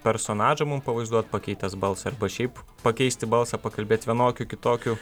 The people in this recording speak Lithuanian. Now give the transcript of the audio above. personažą mum pavaizduot pakeitęs balsą arba šiaip pakeisti balsą pakalbėt vienokiu kitokiu